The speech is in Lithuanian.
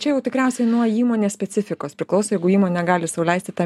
čia jau tikriausiai nuo įmonės specifikos priklauso jeigu įmonė gali sau leisti tą